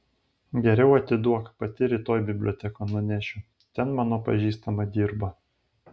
geriau atiduok pati rytoj bibliotekon nunešiu ten mano pažįstama dirba